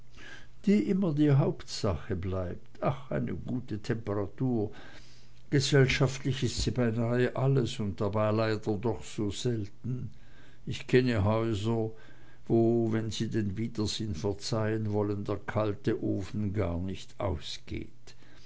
die immer die hauptsache bleibt ach eine gute temperatur gesellschaftlich ist sie beinah alles und dabei leider doch so selten ich kenne häuser wo wenn sie den widersinn verzeihen wollen der kalte ofen gar nicht ausgeht